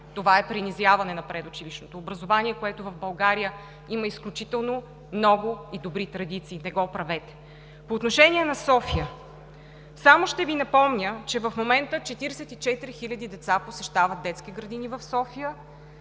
Това е принизяване на предучилищното образование, което в България има изключително много и добри традиции. Не го правете! По отношение на София. Само ще Ви напомня, че в момента 44 хиляди деца посещават детски градини в София